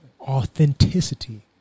Authenticity